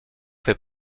fait